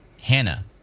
hannah